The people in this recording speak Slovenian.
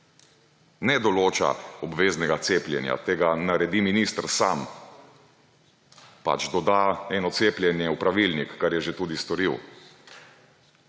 Ne določa obveznega cepljenja, tega naredi minister sam, doda eno cepljenje v pravilnik, kar je že tudi storil.